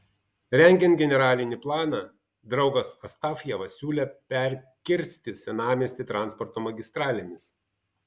rengiant generalinį planą draugas astafjevas siūlė perkirsti senamiestį transporto magistralėmis